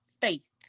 faith